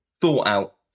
thought-out